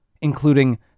including